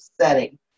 setting